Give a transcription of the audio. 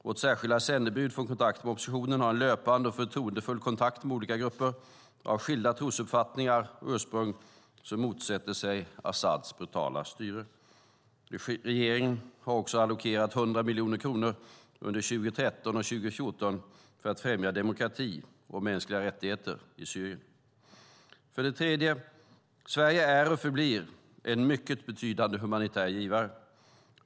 Vårt särskilda sändebud för kontakter med oppositionen har en löpande och förtroendefull kontakt med olika grupper av skilda trosuppfattningar och ursprung som motsätter sig Asads brutala styre. Regeringen har också allokerat 100 miljoner kronor under 2013 och 2014 för att främja demokrati och mänskliga rättigheter i Syrien. För det tredje är och förblir Sverige en mycket betydande humanitär givare.